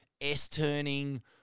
S-turning